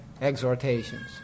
exhortations